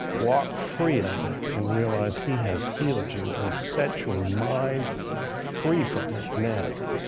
walk free of it and realize he has healed you and set your mind free from it now.